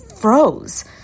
froze